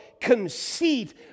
conceit